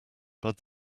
bud